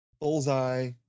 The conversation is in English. Bullseye